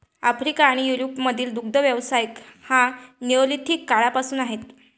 Africa आणि युरोपमधील दुग्ध व्यवसाय हा निओलिथिक काळापासूनचा आहे